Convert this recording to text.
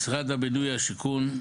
משרד הבינוי והשיכון.